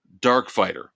Darkfighter